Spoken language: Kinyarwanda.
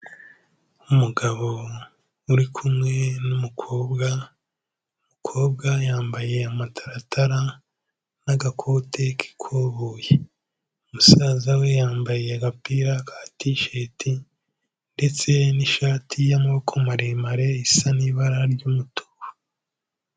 Umugabo uri kumwe n'umukobwa, umukobwa yambaye amataratara n'agakote k'ikoboyi, musaza we yambaye agapira ka tisheti ndetse n'ishati y'amaboko maremare isa n'ibara ry'umutuku.